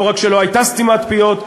לא רק שלא הייתה סתימת פיות,